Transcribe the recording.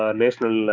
national